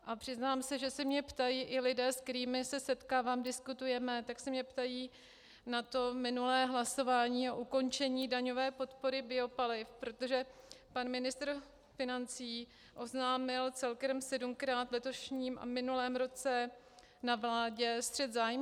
A přiznám se, že se mě ptají i lidé, s kterými se setkávám, diskutujeme, tak se mě ptají na to minulé hlasování a ukončení daňové podpory biopaliv, protože pan ministr financí oznámil celkem sedmkrát v letošním a minulém roce na vládě střet zájmů.